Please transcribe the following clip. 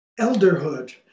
elderhood